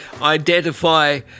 identify